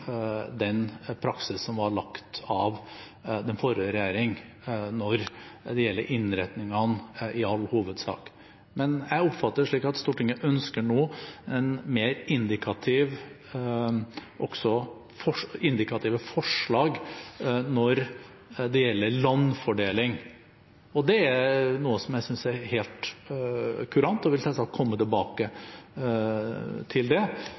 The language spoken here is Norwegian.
den praksis som var lagt av den forrige regjering når det gjelder innretningene. Men jeg oppfatter det slik at Stortinget nå ønsker indikative forslag når det gjelder landfordeling. Det er noe jeg synes er helt kurant, og jeg vil selvsagt komme tilbake til det.